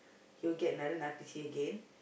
he will get another again